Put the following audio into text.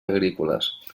agrícoles